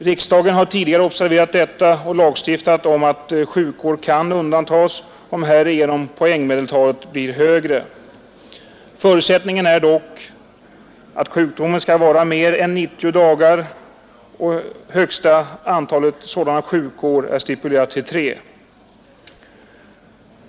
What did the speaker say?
Riksdagen har tidigare observerat detta och lagstiftat om att sjukår kan undantas, om härigenom poängmedeltalet blir högre. Förutsättningen är dock att sjukdomen skall vara mer än 90 dagar. Det är stipulerat att antalet sådana sjukår får vara högst tre.